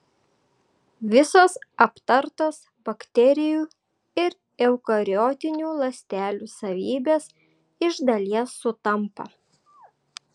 visos aptartos bakterijų ir eukariotinių ląstelių savybės iš dalies sutampa